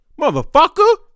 motherfucker